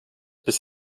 bis